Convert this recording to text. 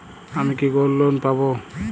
আমি কি gold loan পাবো?